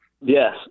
Yes